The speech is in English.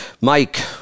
Mike